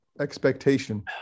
expectation